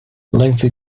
lengthy